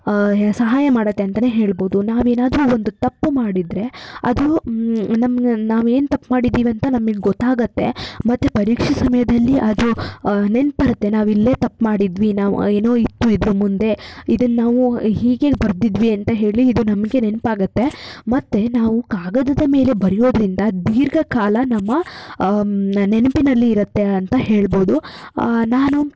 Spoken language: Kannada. ಸಹಾಯ ಮಾಡುತ್ತೆ ಅಂತಾನೆ ಹೇಳ್ಬೌದು ನಾವೇನಾದರೂ ಒಂದು ತಪ್ಪು ಮಾಡಿದ್ದರೆ ಅದು ನಮ್ಮನ್ನ ನಾವೇವು ತಪ್ಪು ಮಾಡಿದ್ದೀವಿ ಅಂತ ನಮಗೆ ಗೊತ್ತಾಗತ್ತೆ ಮತ್ತು ಪರೀಕ್ಷೆ ಸಮಯದಲ್ಲಿ ಅದು ನೆನ್ಪು ಬರುತ್ತೆ ನಾವಿಲ್ಲೇ ತಪ್ಪು ಮಾಡಿದ್ವಿ ನಾವು ಏನೋ ಇತ್ತು ಇದರ ಮುಂದೆ ಇದನ್ನ ನಾವು ಹೀಗೆ ಬರ್ದಿದ್ವಿ ಅಂತ ಹೇಳಿ ಇದು ನಮಗೆ ನೆನಪಾಗತ್ತೆ ಮತ್ತು ನಾವು ಕಾಗದದ ಮೇಲೆ ಬರೆಯೋದ್ರಿಂದ ದೀರ್ಘಕಾಲ ನಮ್ಮ ನೆನಪಿನಲ್ಲಿ ಇರುತ್ತೆ ಅಂತ ಹೇಳ್ಬೌದು ನಾನು